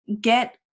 get